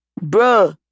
Bro